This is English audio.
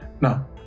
Now